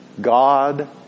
God